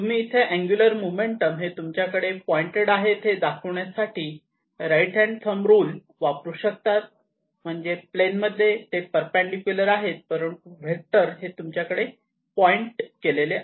तुम्ही इथे angular momentum हे तुमच्याकडे पॉईंटेड आहे हे दाखवण्यासाठी राईट हॅन्ड थंब रुल वापरू शकतात म्हणजेच प्लेन मध्ये ते परपेंडीकुलर आहे परंतु वेक्टर हे तुमच्याकडे पॉईंट केलेले आहे